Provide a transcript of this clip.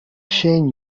shane